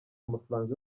amafaranga